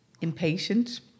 impatient